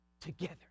together